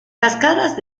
cascadas